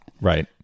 Right